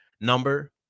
number